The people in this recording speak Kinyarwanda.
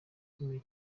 ikomeye